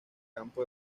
campo